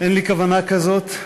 אין לי כוונה כזאת,